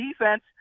defense